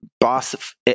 boss